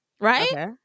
Right